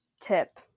tip